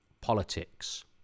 politics